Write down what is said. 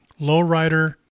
lowrider